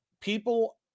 people